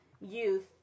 youth